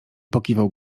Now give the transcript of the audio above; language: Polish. pokiwał